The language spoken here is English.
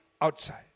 outside